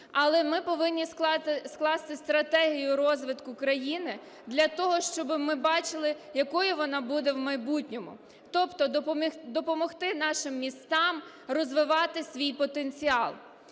Але ми повинні скласти стратегію розвитку країни для того, щоби ми бачили, якою вона буде в майбутньому, тобто допомогти нашим містам розвивати свій потенціал.